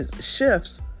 shifts